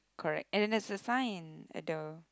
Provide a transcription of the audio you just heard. correct and then there's a sign at the